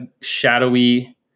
shadowy